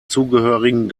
zugehörigen